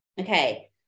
Okay